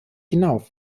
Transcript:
hinauf